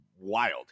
wild